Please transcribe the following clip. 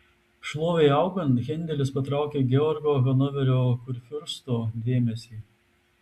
šlovei augant hendelis patraukė georgo hanoverio kurfiursto dėmesį